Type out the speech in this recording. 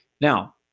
Now